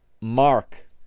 mark